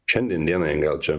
šiandien dienai gal čia